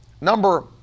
Number